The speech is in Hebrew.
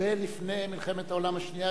הרבה לפני מלחמת העולם השנייה,